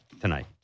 tonight